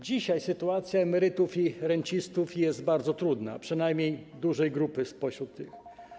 Dzisiaj sytuacja emerytów i rencistów jest bardzo trudna, przynajmniej dużej grupy spośród nich.